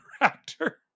actor